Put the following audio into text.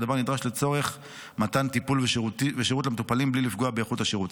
והדבר נדרש לצורך מתן טיפול ושירות למטופלים בלי לפגוע באיכות השירות.